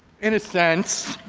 in a sense,